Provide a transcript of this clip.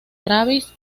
travis